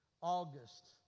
August